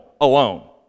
alone